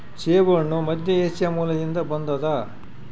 ಸೇಬುಹಣ್ಣು ಮಧ್ಯಏಷ್ಯಾ ಮೂಲದಿಂದ ಬಂದದ